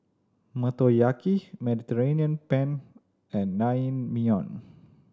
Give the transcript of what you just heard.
Motoyaki Mediterranean Penne and Naengmyeon